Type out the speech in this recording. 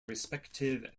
respective